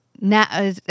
now